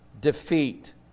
defeat